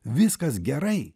viskas gerai